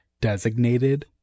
designated